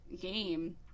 game